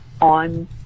on